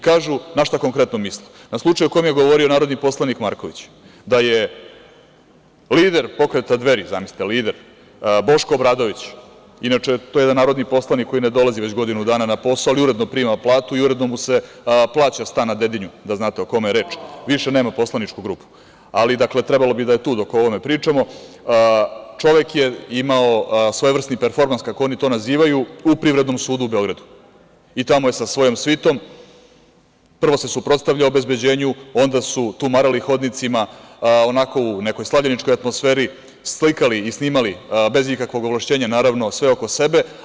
Kažu na šta konkretno misle – na slučaj o kome je govorio narodni poslanik Marković, da je lider pokreta Dveri, zamislite – lider, Boško Obradović, inače to je jedan narodni poslanik koji ne dolazi već godinu dana na posao, ali uredno prima platu i uredno mu se plaća stan na Dedinju, da znate o kome je reč, više nema poslaničku grupu, ali trebalo bi da je tu dok o ovome pričamo, čovek je imao svojevrsni performans, kako oni to nazivaju, u Privrednom sudu u Beogradu i tamo se sa svojom svitom, prvo, suprotstavljao obezbeđenju, onda su tumarali hodnicima u nekoj slavljeničkoj atmosferi, slikali i snimali bez ikakvog ovlašćenja sve oko sebe.